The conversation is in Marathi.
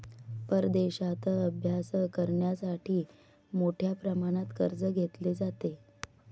परदेशात अभ्यास करण्यासाठी मोठ्या प्रमाणात कर्ज घेतले जाते